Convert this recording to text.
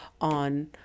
on